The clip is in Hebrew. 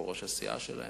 או ראש הסיעה שלהם,